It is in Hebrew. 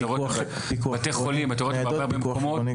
בבתי חולים ובעוד הרבה מאוד מקומות.